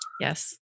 yes